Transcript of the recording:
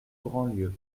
grandlieu